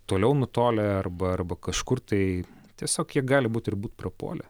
toliau nutolę arba arba kažkur tai tiesiog jie gali būt ir būt prapuolę